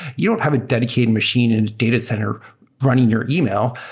you don't have a dedicated machine in a data center running your email.